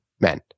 men